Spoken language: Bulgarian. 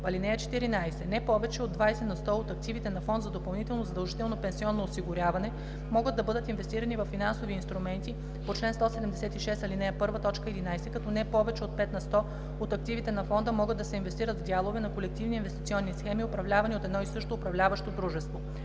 (14) Не повече от 20 на сто от активите на фонд за допълнително задължително пенсионно осигуряване могат да бъдат инвестирани във финансови инструменти по чл. 176, ал. 1, т. 11, като не повече от 5 на сто от активите на фонда могат да се инвестират в дялове на колективни инвестиционни схеми, управлявани от едно и също управляващо дружество.